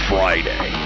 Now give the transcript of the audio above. Friday